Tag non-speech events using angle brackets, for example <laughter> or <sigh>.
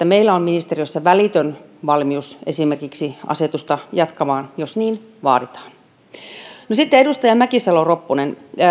<unintelligible> meillä on myöskin ministeriössä välitön valmius esimerkiksi asetusta jatkamaan jos niin vaaditaan sitten edustaja mäkisalo ropponen